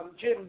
Jim